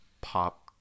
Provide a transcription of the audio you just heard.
pop